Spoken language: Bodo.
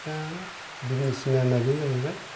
दा बिजनिसमेना बे जाहैबाय